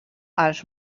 als